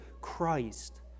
Christ